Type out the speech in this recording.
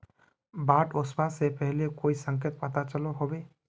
बाढ़ ओसबा से पहले कोई संकेत पता चलो होबे?